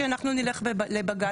כי אנחנו נלך לבג"צ,